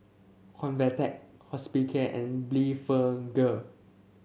Convatec Hospicare and Blephagel